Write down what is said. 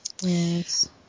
Yes